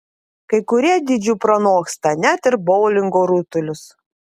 kai kurie dydžiu pranoksta net ir boulingo rutulius